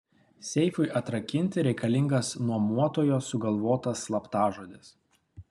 seifui atrakinti reikalingas nuomotojo sugalvotas slaptažodis